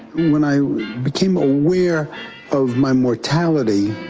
when i became aware of my mortality,